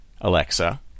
Alexa